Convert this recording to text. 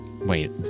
Wait